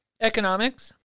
economics